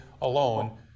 alone